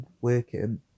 working